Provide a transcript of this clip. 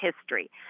history